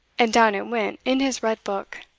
and down it went in his red book.